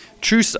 True